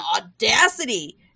audacity